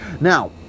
Now